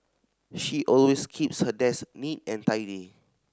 she always keeps her desk neat and tidy